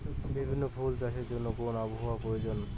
বিভিন্ন ফুল চাষের জন্য কোন আবহাওয়ার প্রয়োজন?